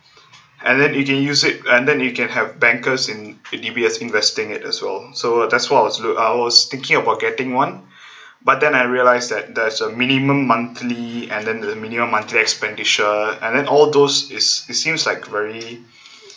and then you can use it and then you can have bankers in in D_B_S investing it as well so that's what I was loo~ I was thinking about getting one but then I realised that there's a minimum monthly and then the minimum monthly expenditure and then all those is it seems like very